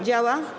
Działa?